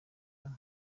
loni